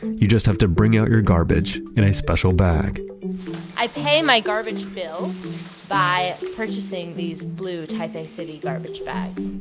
you just have to bring out your garbage in a special bag i pay my garbage bill by purchasing these blue taipei city garbage bags.